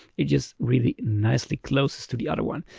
it just really nicely close to the other one.